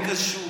לא קשור.